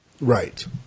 right